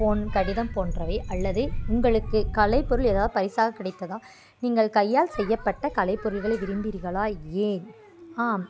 போன்ற கடிதம் போன்றவை அல்லது உங்களுக்கு கலைப்பொருள் ஏதாது பரிசாக கிடைத்ததா நீங்கள் கையால் செய்யப்பட்ட கலைப்பொருட்களை விரும்பீர்களா ஏன் ஆம்